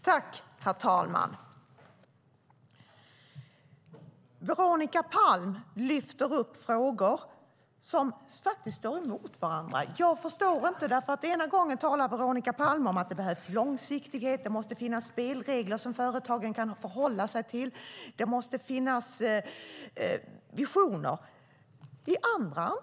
Herr talman! Veronica Palm lyfter fram frågor som står emot varandra. Jag förstår inte. Veronica Palm talar om att det behövs långsiktighet, att det måste finnas spelregler som företagen kan hålla sig till och att det måste finnas visioner.